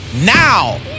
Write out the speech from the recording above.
now